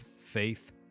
faith